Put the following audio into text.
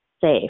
safe